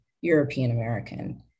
european-american